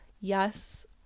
yes